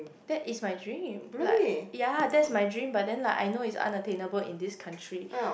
that is my dream like ya that's my dream but then like I know is unattainable in this country